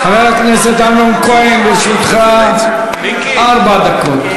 חבר הכנסת אמנון כהן, לרשותך ארבע דקות.